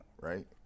right